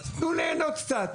תנו להנות קצת